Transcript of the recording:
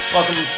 Welcome